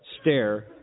stare